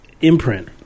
imprint